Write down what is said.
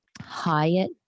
Hyatt